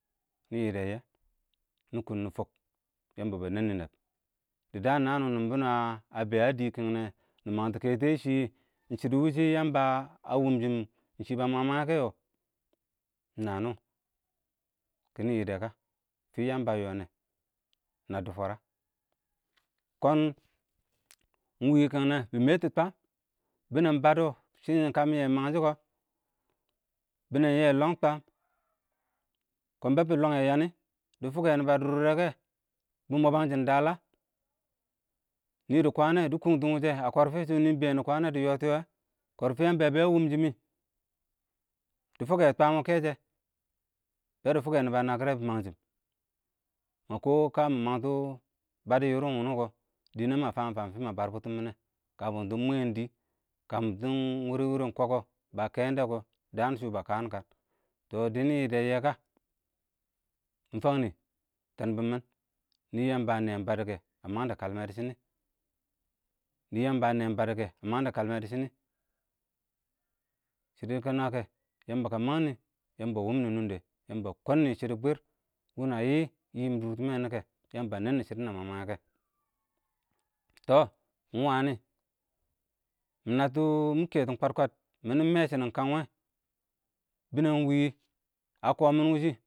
bɪ yɪdɛ yɪ nɪ kʊn nɪ fʊk, yəmbə bə nɛnɪ nəb, dɪ dəən nəən wɪɪ nɪnbɪnɪ ə ə bɛ ə dɪɪ kɪngnɛ be a dɪ wɛ, nɪ məngtɔ kɛtɪ yɛ shɪ,ɪng shɪdɔ wɪshɪ Yəmbə ə wulngchʊm ɪng bə məng-məngyɛ kɛ, ɪng nə nɪ, kɪnɪ yɪdɛ kə fɪ yəmbə ə yɔnɪ nəddʊ fwərə, kɔɔn nɪyɪ kɪngnɛ nɪ mmɛtʊ twəəm, bɪnɛng bədɔɔ shɪsshɪm kə mɪ yɛ məngshɪ kɔ bɪnɛn yɛ lɔɔng twəm, kɔɔn bɛbɪ ɪng lɔɔngyɛ yənɪ, dɪ fʊkɛ nɪbə dʊr dʊrdʊkɛ, bɪ məghənshɪn dwələ, nɪdɪ kwənɛ dɪ kʊntʊn wushɛ, kɔrfɪn ɪng shʊ wɛ nɪ bɛɛn dɪ kwən nɛ dɪ yɔtɛ-yɔwɛ, kɔrfɪ ɪng yəmbə bɛ ə wʊmshɪ nɪ, dɪ fʊkɛ twəən kɛshɛ, bɛdɪ fʊkɛ nɪ bə ə nəkɪr bɛ bɪ məngshɪm mʊ kɔɔ kəmɪ məngtɔ bədɔ yɪrɪn wɪnɪkɔ dɪnɛng mə fəm-fəm fɪ mə bər bʊtʊmɪn yɛ kə bʊndɪɪng mwɛ dɪ kə mɪ dʊʊm wɪrɪn wɪrɪn kɔkɔ bə kɛɛn dɛ kɔ dəən shʊ bə kəəm-kəəm tɔ dɪ nɪ yɪdɛ yɛ kə mɪ fəng nɪɪ tɛnnɪbbɪn mɪn nɪɪ yəmbə ə nɛ bərdɛ, wɛ ə məngdɛ kəlmɛ dɪ shɪnɪ, shɪdɪ kɪɪn ɪng nəə kɛ, Yəmbə kɛ ə məngnɪ, yəmbə ə wʊʊnmɪn ɪng nʊngdɛ, yəmbə kɔnmɪn shɪdɔ bwɪr, wɪɪ nə yɪɪ-yɪɪm dʊrtɪmɛ wɪnɪ kɛ yəmbə ə nɛnnɪ shɪdɔ nə məng-mənge kɛ tɔ ɪng wəənɪ mɪ nətɔ mɪkɛ kɪng kwət-kwət mɪnɪ mɛ shɪnɪng ɪnmg kəən ɪng wɛ, bɪnɛng ɪng wɪwɪ ə kɔmɪn wʊshɪ kɪ.